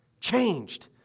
Changed